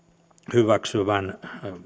hyväksyvän